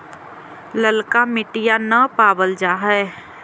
ललका मिटीया न पाबल जा है?